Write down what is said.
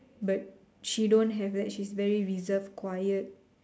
but she don't have that she very reserved quiet